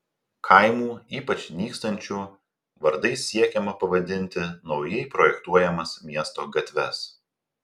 kaimų ypač nykstančių vardais siekiama pavadinti naujai projektuojamas miesto gatves